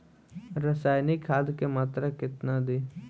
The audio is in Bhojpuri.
रसायनिक खाद के मात्रा केतना दी?